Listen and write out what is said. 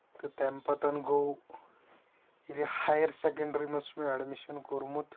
تہٕ تَمہِ پَتن گوٚو ییٚلہِ ہایر سیکَنڈری منٛز چھُ مےٚ ایڑمِشن کوٚرمُت